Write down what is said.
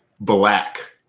black